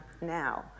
now